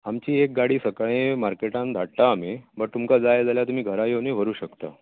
आमची एक गाडी सकाळीं मार्केटान धाडटा आमी बट तुमकां जाय जाल्यार तुमी घरा येवनूय व्हरूंक शकतात